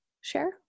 share